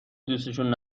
دوسشون